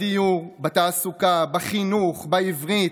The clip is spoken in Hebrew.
בדיור, בתעסוקה, בחינוך, בעברית,